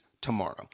tomorrow